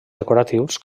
decoratius